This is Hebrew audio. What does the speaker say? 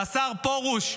והשר פרוש,